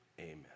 amen